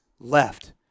left